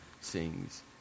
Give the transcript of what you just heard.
sings